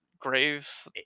graves